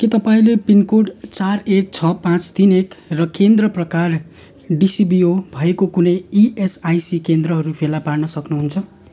के तपाईँँले पिनकोड चार एक छ पाँच तिन एक र केन्द्र प्रकार डिसिबिओ भएको कुनै इएसआइसी केन्द्रहरू फेला पार्न सक्नुहुन्छ